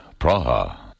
Praha